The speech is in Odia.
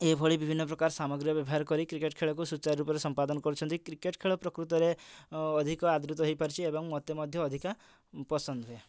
ଏହିଭଳି ବିଭିନ୍ନ ପ୍ରକାର ସାମଗ୍ରୀ ବ୍ୟବହାର କରି କ୍ରିକେଟ୍ ଖେଳକୁ ସୂଚାରୁ ରୂପରେ ସମ୍ପାଦନ କରୁଛନ୍ତି କ୍ରିକେଟ୍ ଖେଳ ପ୍ରକୃତରେ ଅଧିକ ଆଦୃତ ହେଇପାରିଛି ଏବଂ ମୋତେ ମଧ୍ୟ ଅଧିକା ପସନ୍ଦ ହୁଏ